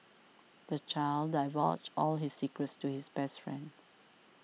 the child divulged all his secrets to his best friend